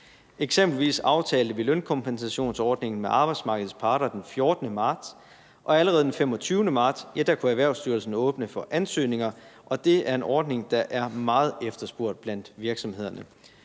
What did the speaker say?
Eksempelvis aftalte vi lønkompensationsordningen med arbejdsmarkedets parter den 14. marts, og allerede den 25. marts kunne Erhvervsstyrelsen åbne for ansøgninger, og det er en ordning, der er meget efterspurgt blandt virksomhederne.